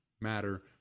matter